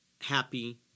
happy